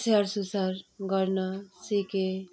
स्याहार सुसार गर्न सिकेँ